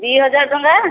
ଦୁଇ ହଜାର ଟଙ୍କା